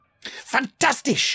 Fantastic